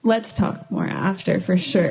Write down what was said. let's talk more after for sure